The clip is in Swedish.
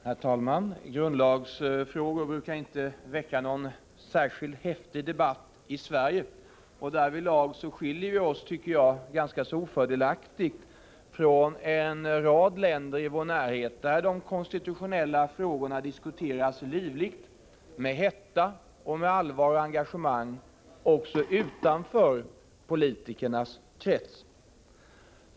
Herr talman! Grundlagsfrågor brukar inte väcka någon särskilt häftig debatt i Sverige. Därvidlag skiljer vi oss, tycker jag, ganska ofördelaktigt från en rad länder i vår närhet, där de konstitutionella frågorna diskuteras livligt — med hetta, allvar och engagemang — också utanför politikernas krets.